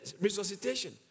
resuscitation